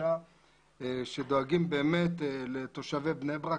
הבקשה שדואגים באמת לתושבי בני ברק,